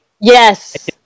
Yes